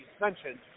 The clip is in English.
mentioned